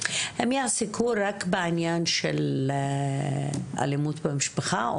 הם יעסקו רק בעניין של אלימות במשפחה,